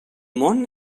món